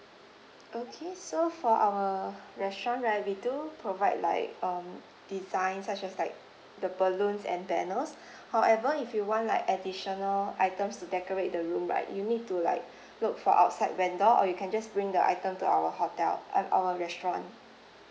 okay so for our restaurant right we do provide like um design such as like the balloons and banners however if you want like additional items to decorate the room right you need to like look for outside vendor or you can just bring the item to our hotel uh our restaurant